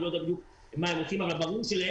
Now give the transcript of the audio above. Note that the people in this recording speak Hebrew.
אני לא יודע מה בדיוק הם עושים אבל ברור שלהם